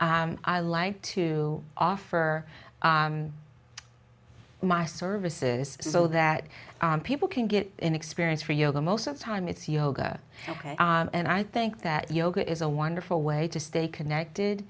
i like to offer my services so that people can get an experience for yoga most of the time it's yoga ok and i think that yoga is a wonderful way to stay connected